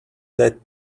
that